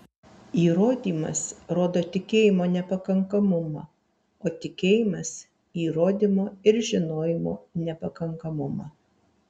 įrodymas rodo tikėjimo nepakankamumą o tikėjimas įrodymo ir žinojimo nepakankamumą